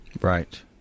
Right